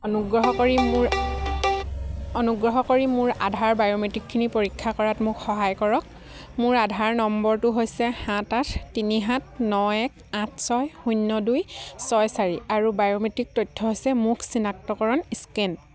অনুগ্ৰহ কৰি মোৰ অনুগ্ৰহ কৰি মোৰ আধাৰ বায়োমেট্ৰিকখিনি পৰীক্ষা কৰাত মোক সহায় কৰক মোৰ আধাৰ নম্বৰটো হৈছে সাত আঠ তিনি সাত ন এক আঠ ছয় শূন্য দুই ছয় চাৰি আৰু বায়োমেট্ৰিক তথ্য হৈছে মুখ চিনাক্তকৰণ স্কেন